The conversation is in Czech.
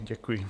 Děkuji.